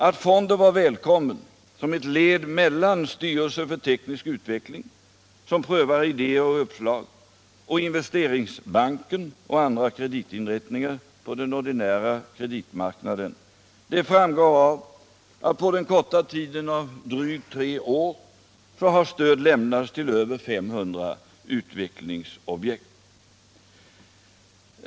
Att fonden var välkommen som ett led emellan Styrelsen för teknisk utveckling, som prövar idéer och uppslag, och Investeringsbanken och andra kreditinrättningar på den ordinära kreditmarknaden, framgår av det faktum att på den korta tiden av drygt tre år stöd lämnats till över 500 utvecklingsobjekt.